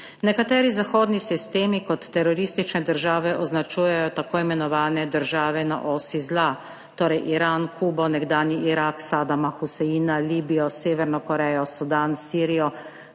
Nekateri zahodni sistemi kot teroristične države označujejo tako imenovane države na osi zla, torej Iran, Kubo, nekdanji Irak Sadama Huseina, Libijo, Severno Korejo, Sudan, Sirijo,